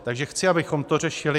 Takže chci, abychom to řešili.